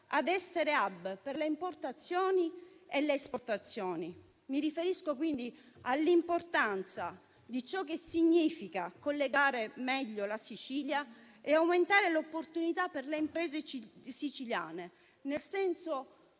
a essere *hub* per le importazioni e le esportazioni. Mi riferisco, quindi, all'importanza di ciò che significa collegare meglio la Sicilia e aumentare le opportunità per le imprese siciliane. Vuol dire